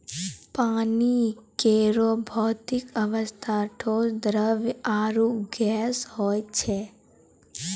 पानी केरो भौतिक अवस्था ठोस, द्रव्य आरु गैस होय छै